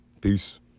Peace